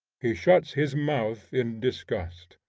he shuts his mouth in disgust.